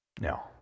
No